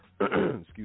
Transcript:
Excuse